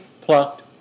plucked